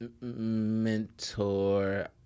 mentor